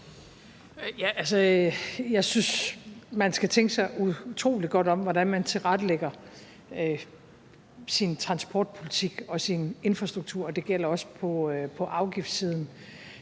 man skal tænke sig utrolig godt om, i forhold til hvordan man tilrettelægger sin transportpolitik og sin infrastruktur, og det gælder også på afgiftssiden.